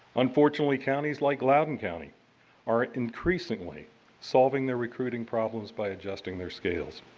unfortunately counties like loudoun county are increasingly solving their recruiting problems by adjusting their scales.